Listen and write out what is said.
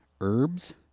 herbs